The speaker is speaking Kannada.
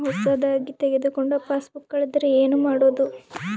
ಹೊಸದಾಗಿ ತೆಗೆದುಕೊಂಡ ಪಾಸ್ಬುಕ್ ಕಳೆದರೆ ಏನು ಮಾಡೋದು?